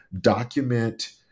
document